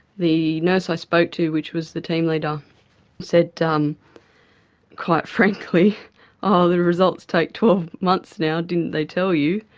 the nurse i spoke to which was the team leader said um quite frankly oh, the results take twelve months now didn't they tell you'?